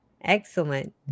excellent